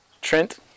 Trent